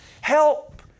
Help